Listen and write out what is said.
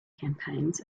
campaigns